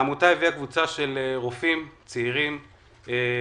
העמותה הביאה קבוצה של רופאים צעירים מצרפת